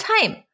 time